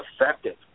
effective